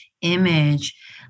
image